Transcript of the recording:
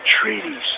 treaties